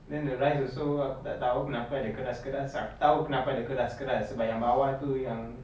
then the rice also aku tak tahu kenapa ada keras-keras ah tak tahu kenapa ada keras-keras sebab yang bawah itu yang